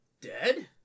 Dead